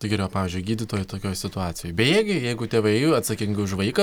tai gerai o pavyzdžiui gydytojai tokioj situacijoj bejėgiai jeigu tėvai jų atsakingi už vaiką